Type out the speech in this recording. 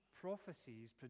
prophecies